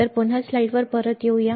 तर आपण पुन्हा स्लाइडवर परत येऊ या